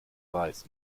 weiß